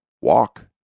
walk